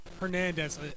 Hernandez